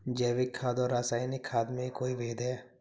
जैविक खाद और रासायनिक खाद में कोई भेद है?